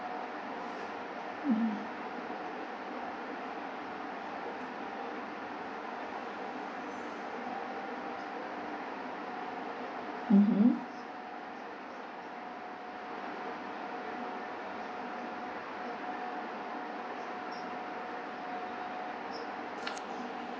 mmhmm